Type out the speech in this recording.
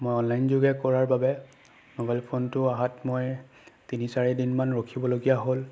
মই অনলাইন যোগে কৰাৰ বাবে মোবাইল ফোনটো অহাত মই তিনি চাৰিদিনমান ৰখিবলগীয়া হ'ল